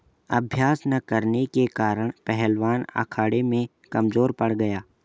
अभ्यास न करने के कारण पहलवान अखाड़े में कमजोर पड़ गया